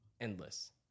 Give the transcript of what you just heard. endless